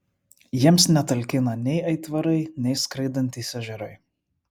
jiems netalkina nei aitvarai nei skraidantys ežerai